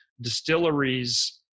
Distilleries